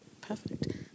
Perfect